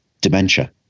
dementia